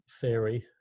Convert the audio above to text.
theory